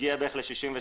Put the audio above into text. הגיע בערך ל-67%.